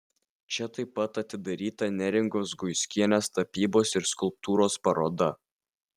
čia taip pat atidaryta neringos guiskienės tapybos ir skulptūros paroda